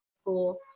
school